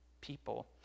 people